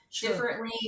differently